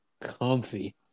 comfy